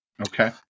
Okay